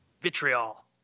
Vitriol